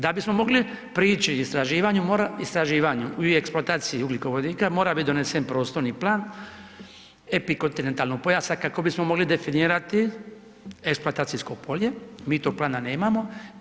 Da bismo mogli prići istraživanju, mora, istraživanju i eksploataciji ugljikovodika, mora bit donesen prostorni plan epikontinentalnog pojasa kako bismo mogli definirati eksploatacijsko polje, mi tog plana nemamo.